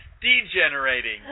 degenerating